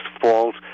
falls